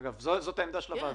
אגב, זאת העמדה של הוועדה.